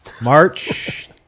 March